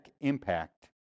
impact